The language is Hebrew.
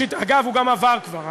אגב, הוא גם עבר כבר.